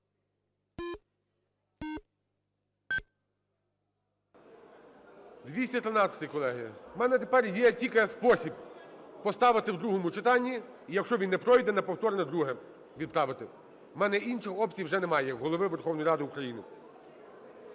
За-213 Колеги, у мене тепер є тільки спосіб: поставити у другому читанні і, якщо він не пройде, на повторне друге відправити, у мене інших опцій вже немає як у Голови Верховної Ради України.